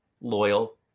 loyal